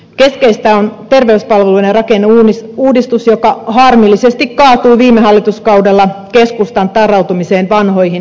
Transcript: keskeistä on terveyspalveluiden rakenneuudistus joka harmillisesti kaatui viime hallituskaudella keskustan tarrautumiseen vanhoihin rakenteisiin